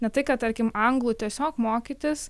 ne tai kad tarkim anglų tiesiog mokytis